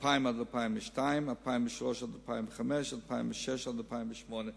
2000 2002, 2003 2005 ו-2006 2008,